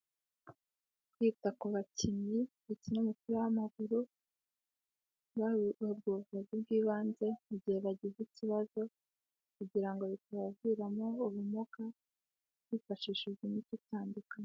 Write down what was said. Kwita ku bakinnyi bakina umupira w'amaguru bahabwa ubuvuzi bw'ibanze mu gihe bagize ikibazo, kugira ngo bitabaviramo ubumuga, hifashishijwe imiti itandukanye.